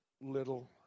little